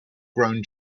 grown